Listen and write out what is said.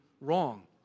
wrong